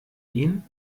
ihn